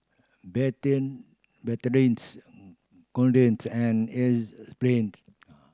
Betadine Betadine's Kordel's and Enzyplex